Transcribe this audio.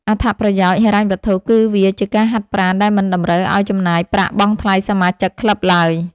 អត្ថប្រយោជន៍ហិរញ្ញវត្ថុគឺវាជាការហាត់ប្រាណដែលមិនតម្រូវឱ្យចំណាយប្រាក់បង់ថ្លៃសមាជិកក្លឹបឡើយ។